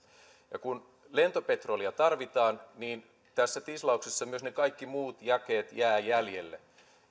ja kun lentopetrolia tarvitaan niin tässä tislauksessa myös ne kaikki muut jakeet jäävät jäljelle